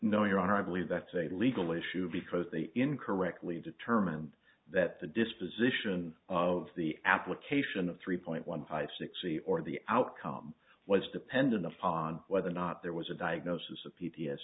no your honor i believe that's a legal issue because they incorrectly determined that the disposition of the application of three point one five six e or the outcome was dependent upon whether or not there was a diagnosis of p